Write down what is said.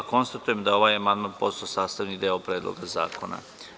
Konstatujem da je ovaj amandman postao sastavni deo Predloga zakona.